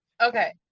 okay